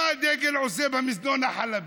מה הדגל עושה במזנון החלבי?